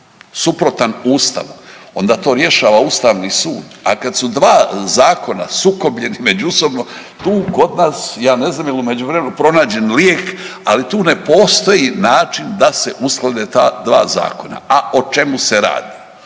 suprotan Ustavu onda to rješava Ustavni sud, a kad su dva zakona sukobljeni međusobno tu kod nas, ja ne znam je li u međuvremenu pronađen lijek, ali tu ne postoji način da se usklade ta dva zakona. A o čemu se radi?